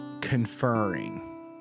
conferring